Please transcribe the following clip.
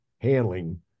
handling